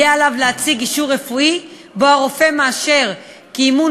יהיה עליו להציג אישור רפואי שבו הרופא מאשר כי אימון